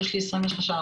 יש לי 23 עובדים.